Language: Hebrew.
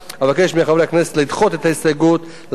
אבקש מחברי הכנסת לדחות את ההסתייגות ולאשר